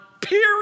period